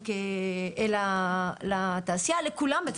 לכולם בעצם,